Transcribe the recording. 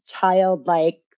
childlike